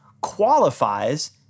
qualifies